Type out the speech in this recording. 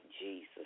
Jesus